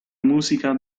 musica